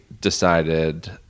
decided